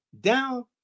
Down